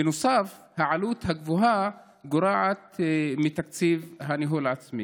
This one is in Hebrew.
בנוסף, העלות הגבוהה גורעת מתקציב הניהול העצמי.